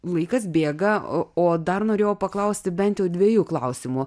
laikas bėga o dar norėjau paklausti bent dviejų klausimų